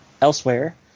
Elsewhere